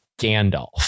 Gandalf